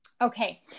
Okay